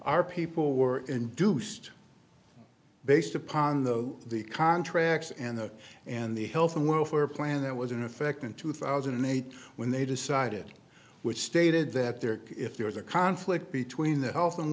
our people were induced based upon the the contracts and the and the health and welfare plan that was in effect in two thousand and eight when they decided which stated that there if there was a conflict between the health and